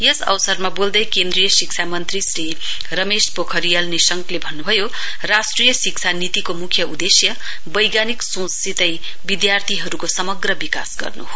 यस अवसरमा बोल्दै केन्द्रीय शिक्षा मन्त्री श्री रमेश पोखरियल निशंकले भन्नुभयो राष्ट्रिय शिक्षा नीतिको मुख्य उदेश्य वैज्ञानिक सोंचसितै विद्यार्थीहरुको समग्र विकास गर्नु हो